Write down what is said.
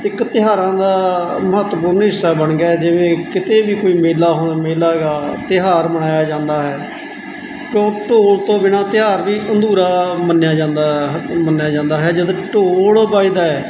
ਇੱਕ ਤਿਉਹਾਰਾਂ ਦਾ ਮਹੱਤਵਪੂਰਨ ਹਿੱਸਾ ਬਣ ਗਿਆ ਜਿਵੇਂ ਕਿਤੇ ਵੀ ਕੋਈ ਮੇਲਾ ਹੋ ਮੇਲਾ ਹੈਗਾ ਤਿਉਹਾਰ ਮਨਾਇਆ ਜਾਂਦਾ ਹੈ ਤਾਂ ਉਹ ਢੋਲ ਤੋਂ ਬਿਨਾਂ ਤਿਉਹਾਰ ਵੀ ਅਧੂਰਾ ਮੰਨਿਆ ਜਾਂਦਾ ਹ ਮੰਨਿਆ ਜਾਂਦਾ ਹੈ ਜਦੋਂ ਢੋਲ ਵੱਜਦਾ ਹੈ